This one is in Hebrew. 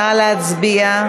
נא להצביע.